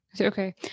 Okay